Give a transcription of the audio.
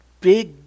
big